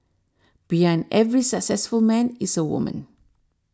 behind every successful man is a woman